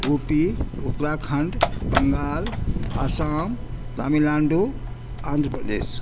Ooty Uttarakhand Bengal Assam Tamil Nadu Andhra Pradesh